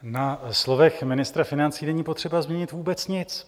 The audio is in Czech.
Na slovech ministra financí není potřeba změnit vůbec nic.